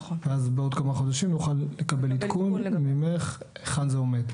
אז בעוד כמה חודשים נוכל לקבל עדכון ממך היכן זה עומד.